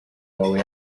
wawe